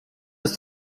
ist